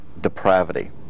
depravity